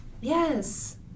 Yes